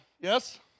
Yes